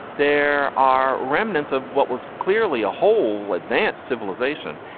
there are remnants of what was clearly a whole advanced civilization.